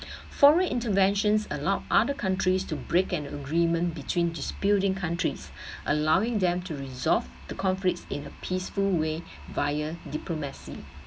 foreign intervention allow other countries to break an agreement between disputing countries allowing them to resolve the conflicts in a peaceful way via diplomacy